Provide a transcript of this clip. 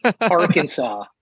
Arkansas